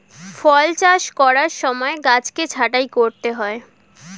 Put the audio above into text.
ফল চাষ করার সময় গাছকে ছাঁটাই করতে হয়